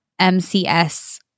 MCS